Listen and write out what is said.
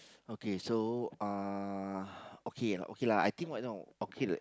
okay so uh okay okay lah I think why know okay